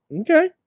Okay